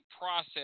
process